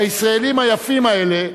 הישראלים היפים האלה,